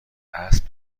اسب